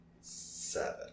seven